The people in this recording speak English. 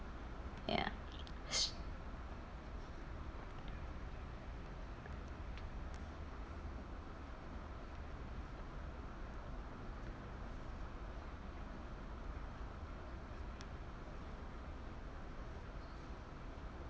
ya sh~